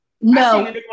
No